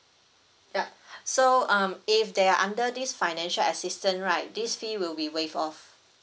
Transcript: yup so um if they are under this financial assistance right this fee will be waived off